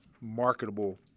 marketable